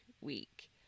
week